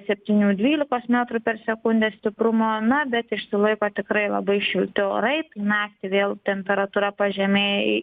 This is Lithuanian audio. septynių dvylikos metrų per sekundę stiprumo na bet išsilaiko tikrai labai šilti orai naktį vėl temperatūra pažemėj